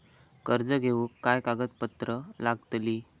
कर्ज घेऊक काय काय कागदपत्र लागतली?